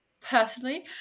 personally